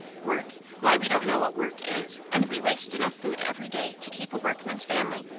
work? why, we don't know what work is, and we waste enough food every day to keep a workman's family,